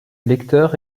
lecteur